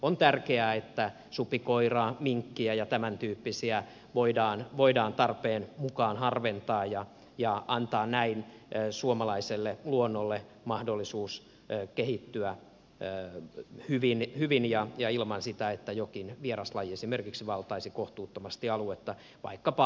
on tärkeää että supikoiraa minkkiä ja tämäntyyppisiä voidaan tarpeen mukaan harventaa ja antaa näin suomalaiselle luonnolle mahdollisuus kehittyä hyvin ja ilman sitä että jokin vieraslaji esimerkiksi valtaisi kohtuuttomasti aluetta